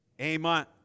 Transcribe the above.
Amen